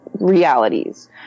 realities